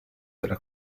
della